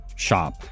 shop